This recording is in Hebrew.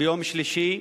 ביום שלישי,